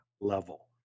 level